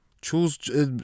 choose